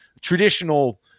Traditional